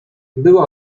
była